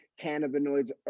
cannabinoids